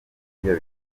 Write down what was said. ibyuya